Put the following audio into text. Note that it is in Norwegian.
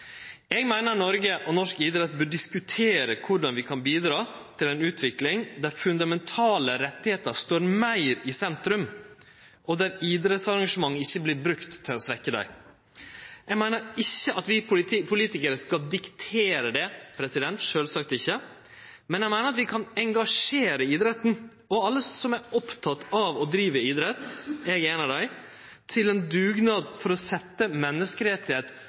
Eg meiner Noreg og norsk idrett bør diskutere korleis vi kan bidra til ei utvikling der fundamentale rettar står meir i sentrum, og der idrettsarrangement ikkje vert brukte til å svekkje dei. Eg meiner ikkje at vi politikarar skal diktere det, sjølvsagt ikkje, men eg meiner at vi kan engasjere idretten, og alle som er opptekne av og driv med idrett – eg er ein av dei – til ein dugnad for å setje